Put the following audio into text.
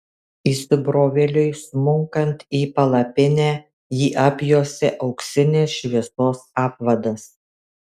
įsibrovėliui smunkant į palapinę jį apjuosė auksinės šviesos apvadas